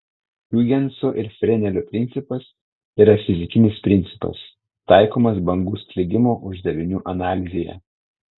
hiugenso ir frenelio principas yra fizikinis principas taikomas bangų sklidimo uždavinių analizėje